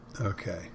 Okay